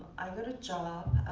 i got a job